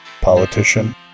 politician